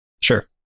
sure